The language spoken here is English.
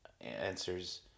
answers